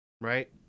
Right